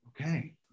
Okay